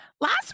Last